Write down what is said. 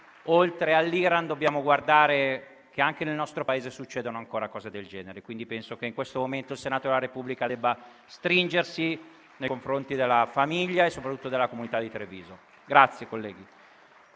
oltre all'Iran, dobbiamo considerare che anche nel nostro Paese succedono ancora cose del genere. Penso che in questo momento il Senato della Repubblica debba stringersi nei confronti della famiglia e soprattutto della comunità di Treviso.